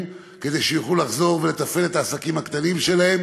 כדי שיוכלו לחזור ולתפעל את העסקים הקטנים שלהם,